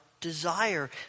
Desire